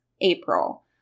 April